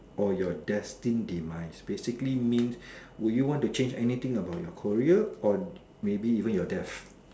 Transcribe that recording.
or your destined demise basically means would you want to change anything about your career or maybe even your death